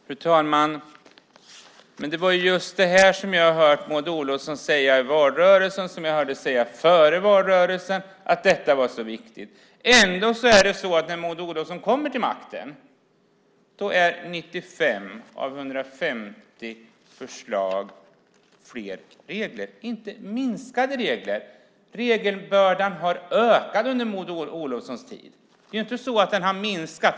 Fru talman! Det var just att detta var så viktigt som jag hörde Maud Olofsson säga i valrörelsen och före valrörelsen. Men ändå är det så när Maud Olofsson kommer till makten att 95 av 150 förslag innebär fler regler och inte minskade regler. Regelbördan har ökat under Maud Olofssons tid. Det är inte så att den har minskat.